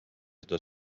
seda